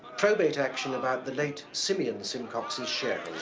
probate action about the late simeon simcox's share.